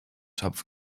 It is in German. topf